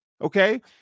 Okay